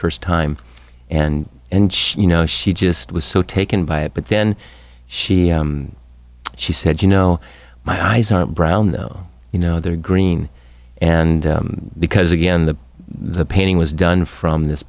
first time and you know she just was so taken by it but then she she said you know my eyes are brown though you know they're green and because again the the painting was done from this